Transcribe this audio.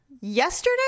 yesterday